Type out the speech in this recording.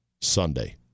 Sunday